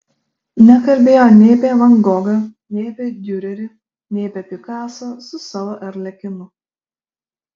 nekalbėjo nei apie van gogą nei apie diurerį nei apie pikasą su savo arlekinu